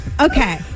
Okay